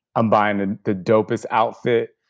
i'm buying and the dopest outfit,